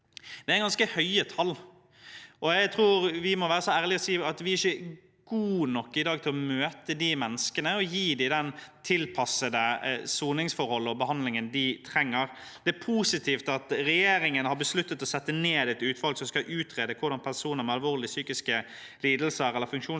Det er et ganske høyt tall, og jeg tror vi må være så ærlige og si at vi ikke er gode nok i dag til å møte de menneskene og gi dem tilpassede soningsforhold og den behandlingen de trenger. Det er positivt at regjeringen har besluttet å sette ned et utvalg som skal utrede hvordan personer med alvorlige psykiske lidelser eller funksjonsnedsettelse